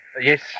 Yes